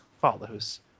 follows